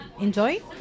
enjoy